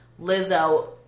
Lizzo